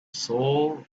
soul